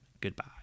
goodbye